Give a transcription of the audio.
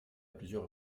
plusieurs